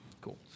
Cool